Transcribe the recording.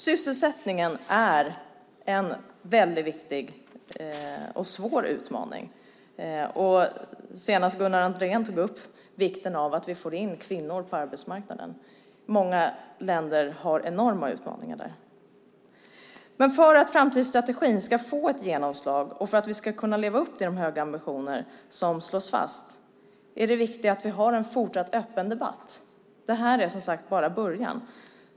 Sysselsättningen är en viktig och svår utmaning. Senast tog Gunnar Andrén upp vikten av att vi får in kvinnor på arbetsmarknaden. Många länder har enorma utmaningar på den punkten. För att framtidsstrategin ska få ett genomslag och för att vi ska leva upp till de höga ambitioner som slås fast är det viktigt att vi har en fortsatt öppen debatt. Det här är bara början.